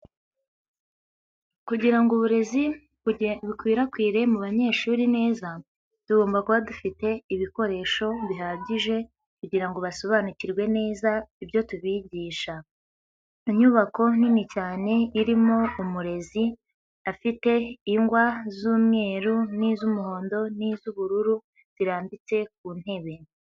Kugira ngo uburezi bukwirakwire mu banyeshuri neza, tugomba kuba dufite ibikoresho bihagije kugira ngo basobanukirwe neza ibyo tubigisha. Inyubako nini cyane irimo umurezi, afite ingwa z'umweru n'iz'umuhondo n'iz'ubururu zirambitse ku ntebe.